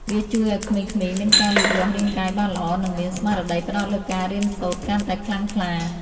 វាជួយឱ្យក្មេងៗមានការលូតលាស់រាងកាយបានល្អ និងមានស្មារតីផ្ដោតលើការរៀនសូត្រកាន់តែខ្លាំងក្លា។